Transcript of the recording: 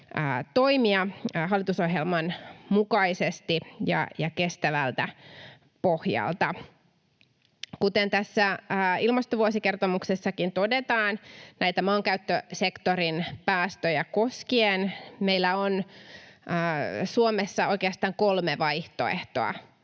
toimia hallitusohjelman mukaisesti ja kestävältä pohjalta. Kuten tässä ilmastovuosikertomuksessakin todetaan näitä maankäyttösektorin päästöjä koskien, meillä on Suomessa oikeastaan kolme vaihtoehtoa: